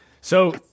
So-